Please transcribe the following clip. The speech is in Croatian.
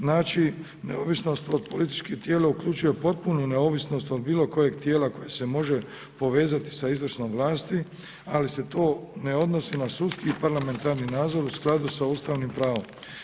Znači, neovisnost od političkih tijela uključuje potpunu neovisnost od bilo kojeg tijela koje se može povezati sa izvršnom vlasti, ali se to ne odnosi na sudski i parlamentarni nadzor u skladu sa ustavnim pravom.